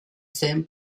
zen